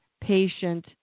patient